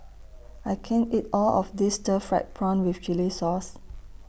I can't eat All of This Stir Fried Prawn with Chili Sauce